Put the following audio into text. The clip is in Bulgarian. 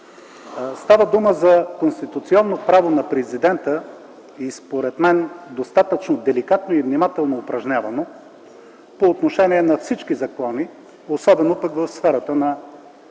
Става дума конституционното право на президента и според мен достатъчно деликатно и внимателно упражнявано по отношение на всички закони, особено в сферата на